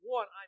One